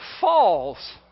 falls